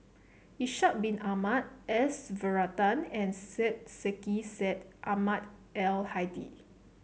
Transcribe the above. Ishak Bin Ahmad S Varathan and Syed Sheikh Syed Ahmad Al Hadi